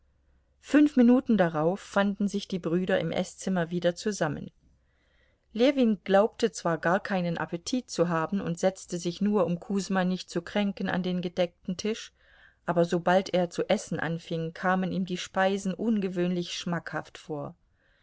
fünf minuten darauf fanden sich die brüder im eßzimmer wieder zusammen ljewin glaubte zwar gar keinen appetit zu haben und setzte sich nur um kusma nicht zu kränken an den gedeckten tisch aber sobald er zu essen anfing kamen ihm die speisen ungewöhnlich schmackhaft vor